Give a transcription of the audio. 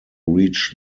reach